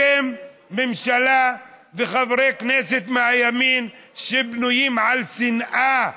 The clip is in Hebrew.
אתם ממשלה וחברי כנסת מהימין שבנויים על שנאה,